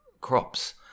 crops